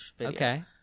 Okay